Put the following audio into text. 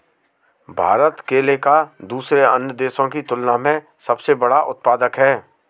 भारत केले का दूसरे अन्य देशों की तुलना में सबसे बड़ा उत्पादक है